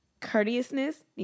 courteousness